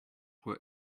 were